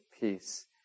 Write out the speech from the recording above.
peace